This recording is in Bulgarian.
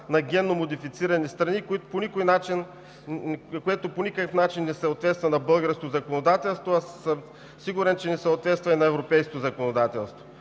на генномодифицирани храни, което по никакъв начин не съответства на българското законодателство, а съм сигурен, че не съответства и на европейското.